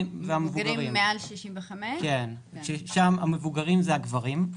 והמבוגרים מעל גיל 65. בקרב המבוגרים זה בעיקר הגברים.